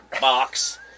box